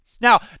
Now